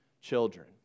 children